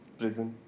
prison